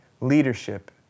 leadership